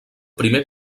primer